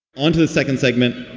onto the second segment,